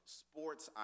sports